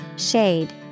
Shade